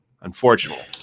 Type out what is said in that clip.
unfortunately